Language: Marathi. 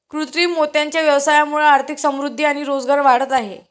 कृत्रिम मोत्यांच्या व्यवसायामुळे आर्थिक समृद्धि आणि रोजगार वाढत आहे